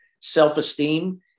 self-esteem